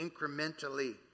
incrementally